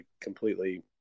completely –